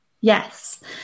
Yes